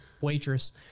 waitress